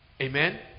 amen